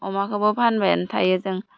अमाखौबो फानबायानो थायो जों